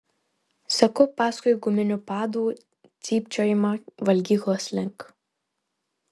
seku paskui guminių padų cypčiojimą valgyklos link